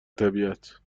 طبیعت